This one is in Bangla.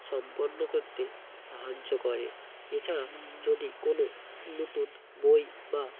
সম্পন্ন করতে সাহায্য করে এছাড়া যদি কোনো নতুন বই বা